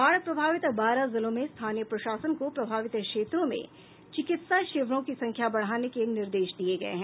बाढ़ प्रभावित बारह जिलों में स्थानीय प्रशासन को प्रभावित क्षेत्रों में चिकित्सा शिविरों की संख्या बढ़ाने के निर्देश दिये गये हैं